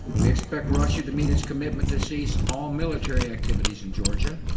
we expect russia to meet its committment to cease all military activities in georgia